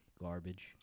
Garbage